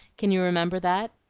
can you remember that?